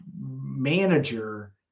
manager